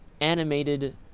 animated